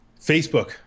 Facebook